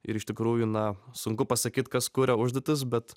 ir iš tikrųjų na sunku pasakyt kas kuria užduotis bet